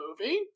movie